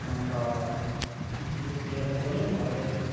अन्त दुध लिएर गयौँ भरे